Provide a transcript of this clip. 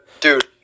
dude